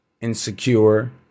insecure